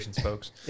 folks